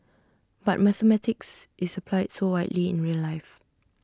but mathematics is applied so widely in real life